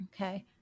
Okay